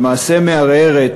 למעשה מערערת